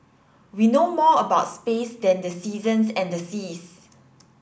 we know more about space than the seasons and the seas